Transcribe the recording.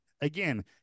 again